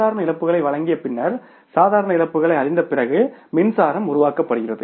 சாதாரண இழப்புகளை வழங்கிய பின்னர் சாதாரண இழப்புகளை அறிந்த பிறகு மின்சாரம் உருவாக்கப்படுகிறது